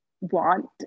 want